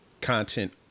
content